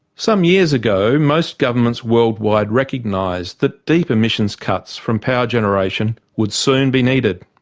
some years ago, most governments worldwide recognized that deep emissions cuts from power generation would soon be needed.